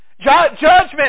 Judgment